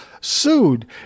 sued